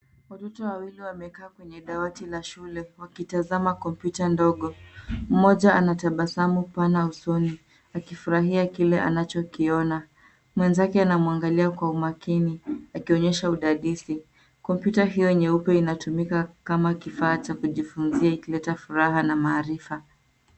Watoto wawili wamekaa kwenye dawati la shule, wakitazama kompyuta ndogo. Mmoja anatabasamu pana usoni, akifurahia kile anachokiona. Mwenzake anamuangalia kwa umakini, akionyesha udadisi. Kompyuta hiyo nyeupe inatumika kama kifaa cha kujifunzia ikileta furaha na maarifa.